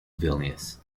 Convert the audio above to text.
vilnius